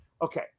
Okay